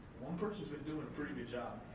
one person's been doing a pretty good job.